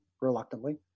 reluctantly